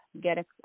get